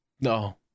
No